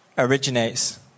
originates